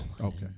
Okay